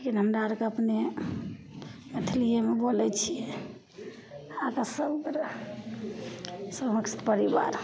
लेकिन हमरा अरके अपने मैथिलियेमे बोलय छियै आपसमे सब गोटे समस्त परिवार